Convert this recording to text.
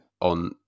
on